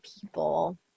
people